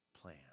plan